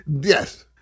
Yes